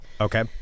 Okay